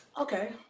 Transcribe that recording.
Okay